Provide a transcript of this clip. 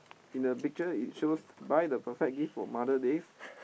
in the picture it shows buy the perfect gift for mother days